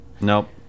Nope